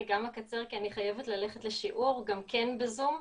אני גם אקצר כי אני חיבת ללכת לשיעור גם כן בזום.